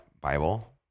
Bible